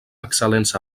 excel·lents